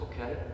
okay